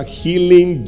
healing